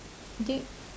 do